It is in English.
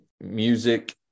music